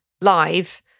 live